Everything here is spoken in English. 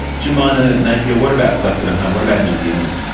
jemina napier, what about closer to home? what about new zealand?